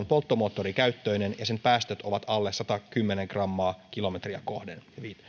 polttomoottorikäyttöinen ja sen päästöt ovat alle satakymmentä grammaa kilometriä kohden